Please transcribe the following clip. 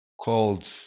called